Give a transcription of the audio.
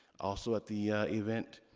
also, at the event,